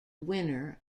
winner